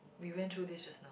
we went through this just now